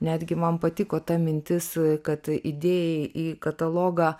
netgi man patiko ta mintis kad idėjai į katalogą